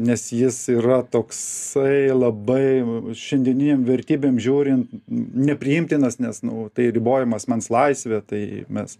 nes jis yra toks jisai labai šiandieninėm vertybėm žiūrint nepriimtinas nes nu tai ribojama asmens laisvė tai mes